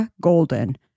Golden